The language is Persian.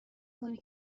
کنی